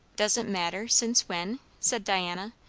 does it matter, since when? said diana,